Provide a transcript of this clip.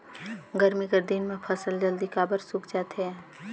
गरमी कर दिन म फसल जल्दी काबर सूख जाथे?